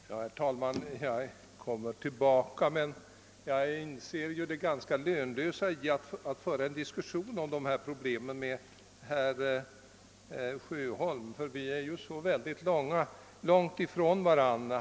Herr talman! Jag kommer tillbaka, men jag inser det lönlösa i att föra en diskussion med herr Sjöholm om dessa frågor. Vi står oerhört långt från varandra.